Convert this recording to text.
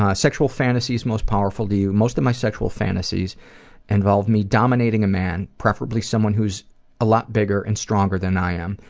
ah sexual fantasies most powerful to you most of my sexual fantasies involved myself dominating a man, preferably someone who's a lot bigger and stronger than i am,